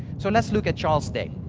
so let's look at charles's day.